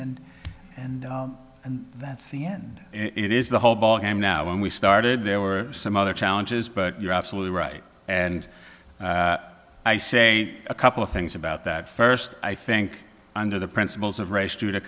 nation and that's the end it is the whole ball game now when we started there were some other challenges but you're absolutely right and i say a couple of things about that first i think under the principles of race